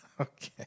Okay